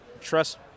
trust